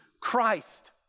Christ